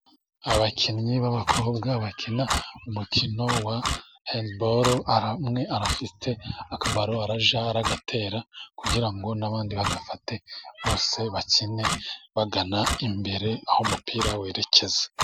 Abakinnyi b'abakobwa bakina umukino wa handiboru, hari umweru ifite akabaro arajya atera kugira ngo n'abandi bagafate bose bakine bagana imbere aho umupira werekeza.